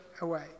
away